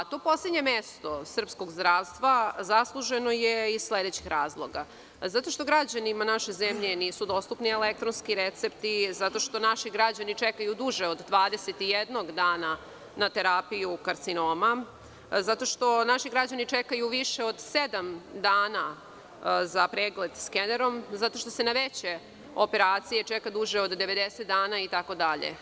To poslednje mesto srpskog zdravstva zasluženo je iz sledećih razloga: zato što građanima naše zemlje nisu dostupni elektronski recepti, zato što naši građani čekaju duže od 21 dana na terapiju karcinoma, zato što naši građani čekaju više od sedam dana za pregled skenerom, zato što se na veće operacije čeka duže od 90 dana itd.